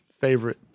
favorite